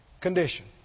condition